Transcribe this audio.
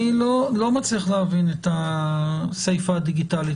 אני לא מצליח להבין את הסיפא הדיגיטלית.